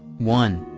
one.